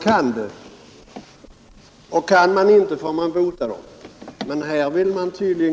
Kan man inte det, får man ta till medicin.